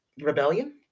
rebellion